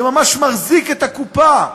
שממש מחזיק את הקופה.